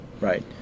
right